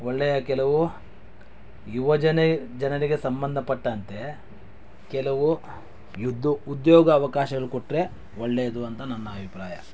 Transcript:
ಒಳ್ಳೆಯ ಕೆಲವು ಯುವಜನ ಜನರಿಗೆ ಸಂಬಂಧ ಪಟ್ಟಂತೆ ಕೆಲವು ಯುದ್ದೋ ಉದ್ಯೋಗಾವಕಾಶಗಳು ಕೊಟ್ಟರೆ ಒಳ್ಳೆಯದು ಅಂತ ನನ್ನ ಅಭಿಪ್ರಾಯ